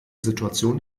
situation